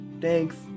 Thanks